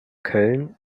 köln